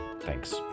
thanks